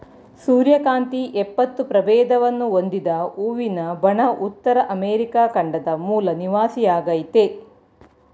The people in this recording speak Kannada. ಸೂರ್ಯಕಾಂತಿ ಎಪ್ಪತ್ತು ಪ್ರಭೇದವನ್ನು ಹೊಂದಿದ ಹೂವಿನ ಬಣ ಉತ್ತರ ಅಮೆರಿಕ ಖಂಡದ ಮೂಲ ನಿವಾಸಿಯಾಗಯ್ತೆ